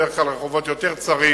בדרך כלל הרחובות יותר צרים,